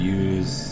use